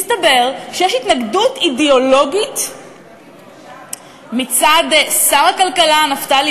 מסתבר שיש התנגדות אידיאולוגית מצד שר הכלכלה נפתלי